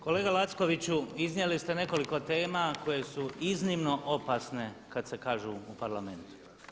Kolega Lackoviću, iznijeli ste nekoliko tema koje su iznimno opasne kad se kažu u Parlamentu.